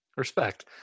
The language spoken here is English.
Respect